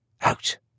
Out